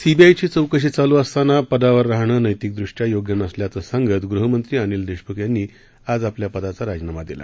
सीबीआयची चौकशी चालू असताना पदावर राहणं योग्य नसल्याचं सांगत ग़हमंत्री अनिल देशमुख यांनी आज आपल्या पदाचा राजीनामा दिला